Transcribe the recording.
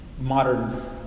modern